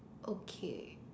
okay